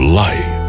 life